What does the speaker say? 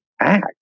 act